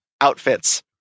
outfits